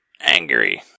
angry